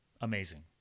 Amazing